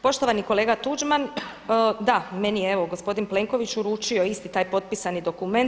Poštovani kolega Tuđman, da meni je evo gospodin Plenković uručio isti taj potpisani dokument.